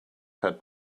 had